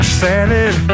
salad